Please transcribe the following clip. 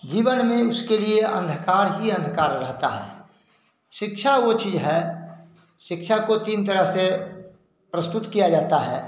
जीवन में उसके लिए अंधकार ही अंधकार रहता है शिक्षा वह चीज़ है शिक्षा को तीन तरह से प्रस्तुत किया जाता है